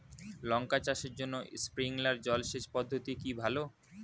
লঙ্কা চাষের জন্য স্প্রিংলার জল সেচ পদ্ধতি কি ভালো?